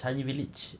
changi village